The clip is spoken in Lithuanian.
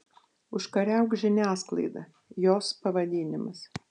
užkariauk žiniasklaidą jos pavadinimas